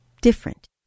different